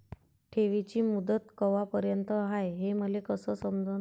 ठेवीची मुदत कवापर्यंत हाय हे मले कस समजन?